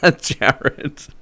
Jared